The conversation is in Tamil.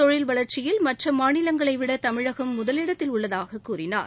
தொழில் வளர்ச்சியில் மற்ற மாநிலங்களைவிட தமிழகம் முதலிடத்தில் உள்ளதாக கூறினார்